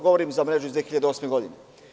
Govorim za mrežu iz 2008. godine.